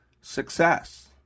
Success